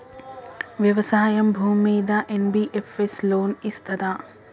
వ్యవసాయం భూమ్మీద NBFS loan ఇస్తదా?